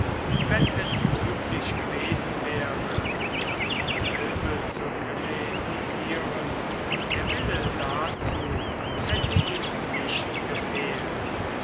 wenn es möglich gewesen wäre dasselbe zu hellenisieren der wille dazu hätte ihm nicht gefehlt